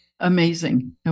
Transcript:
Amazing